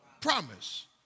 Promise